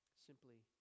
Simply